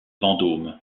vendôme